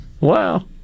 Wow